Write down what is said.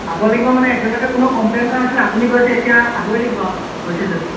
চাব লাগিব মানে এতিয়ালৈকে কোনেও কমপ্লেইন কৰা নাছিলে আপুনি কৈছে এতিয়া চাবই লাগিব আৰু কৈছে যদি